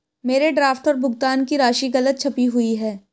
मेरे ड्राफ्ट पर भुगतान की राशि गलत छपी हुई है